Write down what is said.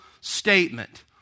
statement